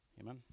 Amen